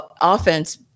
offense